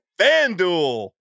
FanDuel